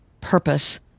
purpose